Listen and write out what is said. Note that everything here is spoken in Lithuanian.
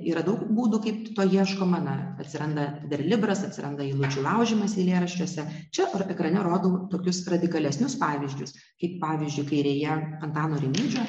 yra daug būdų kaip to ieškoma na atsiranda verlibras atsiranda eilučių laužymas eilėraščiuose čia ekrane rodau tokius radikalesnius pavyzdžius kaip pavyzdžiui kairėje antano rimydžio